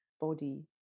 body